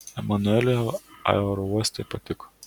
emanueliui aerouostai patiko